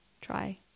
try